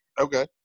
Okay